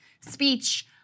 speech